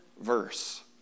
verse